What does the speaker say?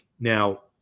Now